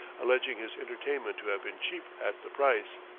alleging his entertainment to have been cheap at the price.